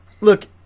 Look